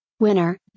Winner